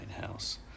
house